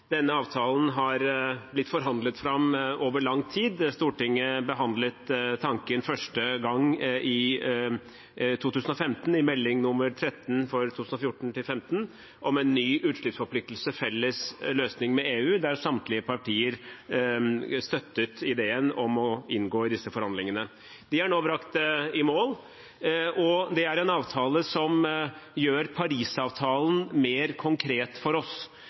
Denne avtalen har blitt forhandlet fram over lang tid. Stortinget behandlet første gang i 2015, i Meld. St. 13 for 2014–2015, tanken om en ny utslippsforpliktelse for 2030 – en felles løsning med EU, der samtlige partier støttet ideen om å inngå i disse forhandlingene. De er nå brakt i mål. Dette er en avtale som gjør Parisavtalen mer konkret for oss.